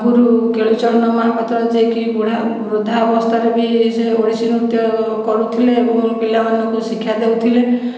ଗୁରୁ କେଳୁଚରଣ ମହାପାତ୍ର ଯିଏକି ବୁଢ଼ା ବୃଦ୍ଧାବସ୍ଥାରେ ବି ସେ ଓଡ଼ିଶୀ ନୃତ୍ୟ କରୁଥିଲେ ଏବଂ ପିଲାମାନଙ୍କୁ ଶିକ୍ଷା ଦେଉଥିଲେ